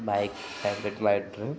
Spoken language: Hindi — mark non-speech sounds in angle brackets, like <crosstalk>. bike <unintelligible> my dream